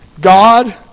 God